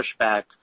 pushback